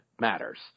matters